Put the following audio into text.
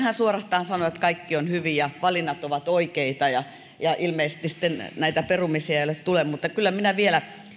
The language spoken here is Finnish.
hän suorastaan sanoi että kaikki on hyvin ja valinnat ovat oikeita ja ja ilmeisesti perumisia ei tule mutta kyllä minä vielä